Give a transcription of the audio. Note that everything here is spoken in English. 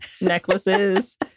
necklaces